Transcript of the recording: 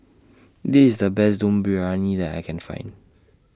This IS The Best Dum Briyani that I Can Find